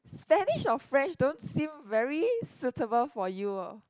Spanish or French don't seem very suitable for you oh